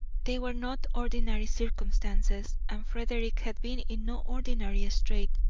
they were not ordinary circumstances, and frederick had been in no ordinary strait.